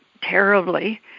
terribly